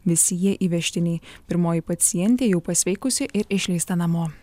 visi jie įvežtiniai pirmoji pacientė jau pasveikusi ir išleista namo